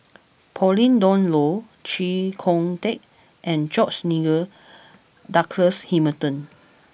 Pauline Dawn Loh Chee Kong Tet and George Nigel Douglas Hamilton